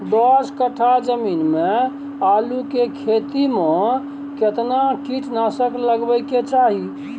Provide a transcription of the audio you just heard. दस कट्ठा जमीन में आलू के खेती म केतना कीट नासक लगबै के चाही?